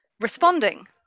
responding